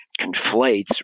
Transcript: conflates